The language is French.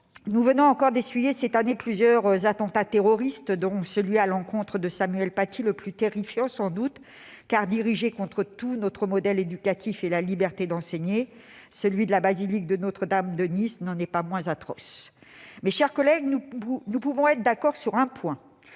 nous venons encore d'essuyer cette année plusieurs attentats terroristes, dont celui qui a été commis à l'encontre de Samuel Paty, le plus terrifiant sans doute, car dirigé contre tout notre modèle éducatif et la liberté d'enseigner ; celui perpétré à la basilique de Notre-Dame de Nice n'en est pas moins atroce. Mes chers collègues, nous pouvons être d'accord sur un point